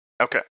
Okay